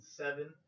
seven